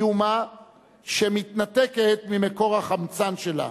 היא אומה שמתנתקת ממקור החמצן שלה,